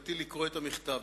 ובכוונתי לקרוא את המכתב.